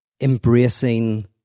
embracing